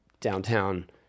downtown